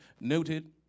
noted